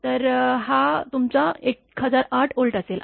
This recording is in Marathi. तर हा तुमचा १००८ व्होल्ट असेल